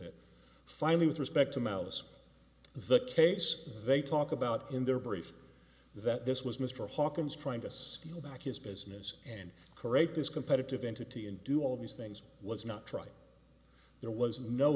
it finally with respect to mouse the case they talk about in their brief that this was mr hawkins trying to steal back his business and correct this competitive entity and do all these things was not tried there was no